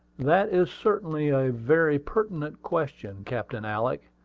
that is certainly a very pertinent question, captain alick.